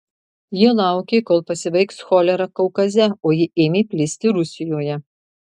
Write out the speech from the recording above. jie laukė kol pasibaigs cholera kaukaze o ji ėmė plisti rusijoje